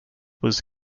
was